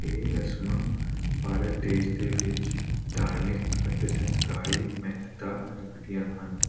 ਇਹ ਰਸਮਾਂ ਭਾਰਤ ਦੇਸ਼ ਦੇ ਵਿੱਚ ਧਾਰਮਿਕ ਅਤੇ ਸੰਸਕਾਰੀ ਮਹੱਤਤਾ ਰੱਖਦੀਆਂ ਹਨ